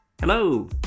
Hello